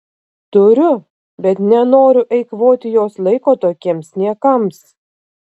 turiu bet nenoriu eikvoti jos laiko tokiems niekams